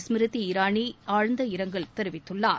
ஸ்மிருதி இராணி ஆழ்ந்த இரங்கல் தெரிவித்துள்ளார்